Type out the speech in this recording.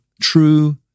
true